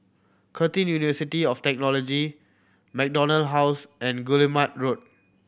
Curtin University of Technology MacDonald House and Guillemard Road